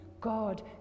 God